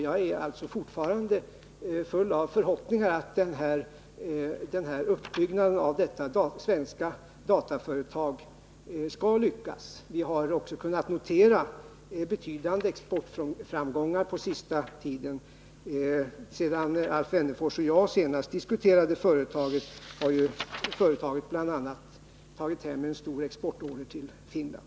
Jag är därför fortfarande fylld av förhoppningar om att uppbyggnaden av detta svenska dataföretag skall lyckas. Vi har också kunnat notera betydande exportframgångar på den sista tiden. Sedan Alf Wennerfors och jag senast diskuterade företaget har det bl.a. tagit hem en stor exportorder från Finland.